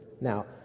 Now